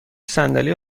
صندلی